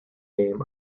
name